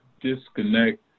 disconnect